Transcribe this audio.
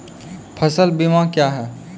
फसल बीमा क्या हैं?